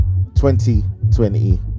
2020